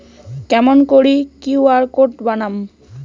কেমন করি QR code বানাম?